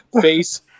face